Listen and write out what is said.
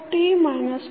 ft TKyt